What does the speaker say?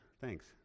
thanks